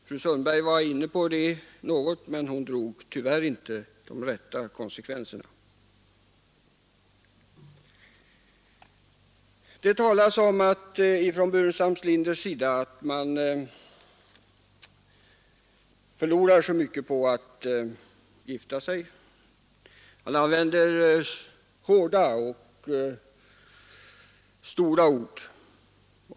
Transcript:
Fru Sundberg var inne på det i någon mån, men hon drog tyvärr inte de rätta konsekvenserna. Herr Burenstam Linder talar om att man förlorar så mycket på att gifta sig och han använder hårda och stora ord.